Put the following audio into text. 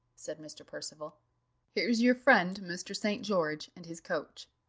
said mr. percival here's your friend, mr. st. george, and his coach.